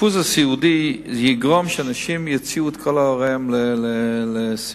זה יגרום שאנשים יוציאו את הוריהם לסיעודי.